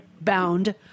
bound